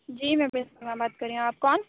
جی میں principal ma'am بات کر رہی ہوں آپ کون